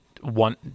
one